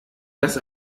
das